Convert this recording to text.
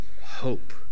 hope